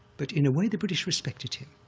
but in a way the british respected him.